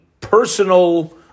personal